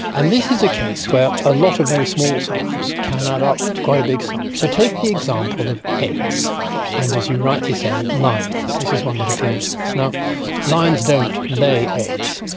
and this is a case where a lot of very small sums can add up to quite a big sum. so take the example of eggs and, as you rightly say, lions. this is one that appealed to us. lions don't lay eggs.